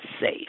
safe